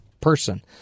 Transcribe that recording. person